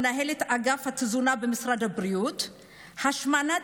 מנהלת אגף התזונה במשרד הבריאות: השמנת